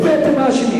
את מי אתם מאשימים?